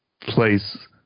place